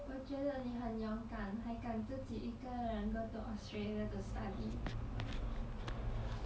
我觉得你很勇敢还敢自己一个人 go to australia to study